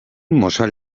mozal